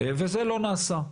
וזה לא נעשה,